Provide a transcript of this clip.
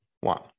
one